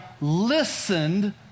listened